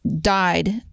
died